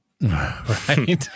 Right